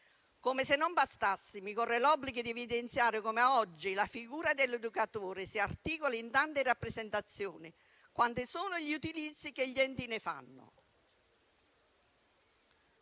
Come se non bastasse, mi corre l'obbligo di evidenziare come oggi la figura dell'educatore si articoli in tante rappresentazioni quanti sono gli utilizzi che gli enti ne fanno.